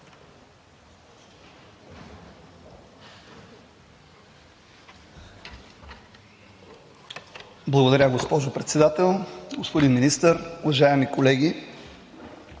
Благодаря, госпожо Председател. Господин Министър, уважаеми колеги!